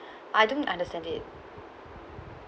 I don't understand it